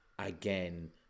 again